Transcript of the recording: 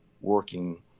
working